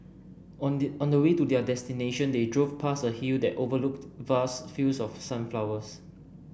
on the on the way to their destination they drove past a hill that overlooked vast fields of sunflowers